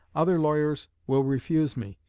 other lawyers will refuse me.